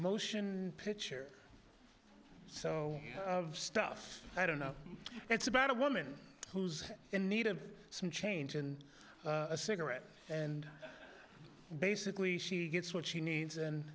motion picture stuff i don't know it's about a woman who's in need of some change and a cigarette and basically she gets what she needs and